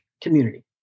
community